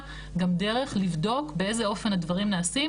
גם דרך לבדוק באיזה אופן הדברים נעשים,